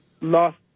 lost